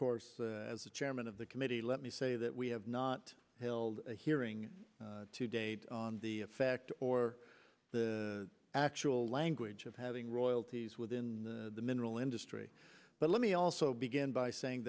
course as the chairman of the committee let me say that we have not held a hearing to date on the fact or the actual language of having royalties within the mineral industry but let me also begin by saying